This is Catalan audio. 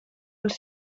els